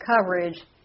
coverage